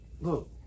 look